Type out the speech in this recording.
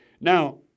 Now